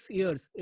years